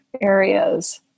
areas